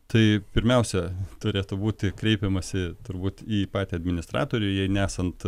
tai pirmiausia turėtų būti kreipiamasi turbūt į patį administratorių jei nesant